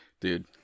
Dude